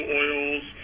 oils